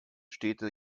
städte